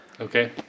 Okay